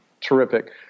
terrific